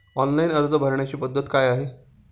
Online अर्ज भरण्याची पद्धत काय आहे?